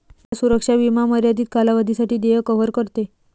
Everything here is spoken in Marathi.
देय सुरक्षा विमा मर्यादित कालावधीसाठी देय कव्हर करते